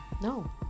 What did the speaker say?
No